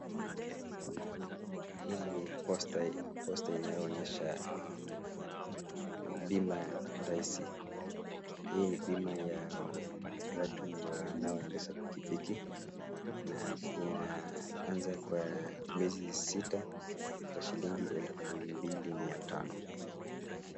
Hii ni posta inayo onyesha bima rahisi. Hii ni bima ya watu wanaoendesha pikipiki na inaanza kwa miezi sita, kwa shilingi elfu mbili mia tano.